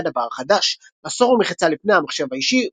דבר חדש - עשור ומחצה לפני המחשב האישי,